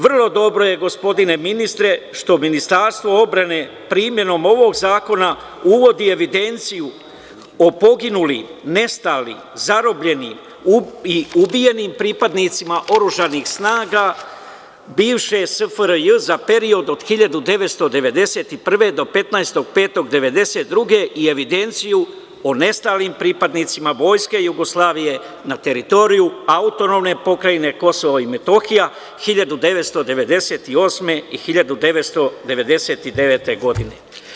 Vrlo dobro je, gospodine ministre, što Ministarstvo odbrane primenom ovog zakona uvodi evidenciju o poginulim, nestalim, zarobljenim i ubijenim pripadnicima oružanih snaga bivše SFRJ za period od 1991. do 15.05.1992. godine i evidenciju o nestalim pripadnicima Vojske Jugoslavije na teritoriji AP KiM 1998. i 1999. godine.